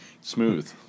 Smooth